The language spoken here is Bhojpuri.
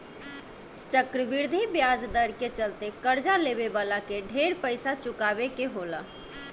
चक्रवृद्धि ब्याज दर के चलते कर्जा लेवे वाला के ढेर पइसा चुकावे के होला